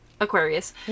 Aquarius